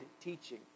teaching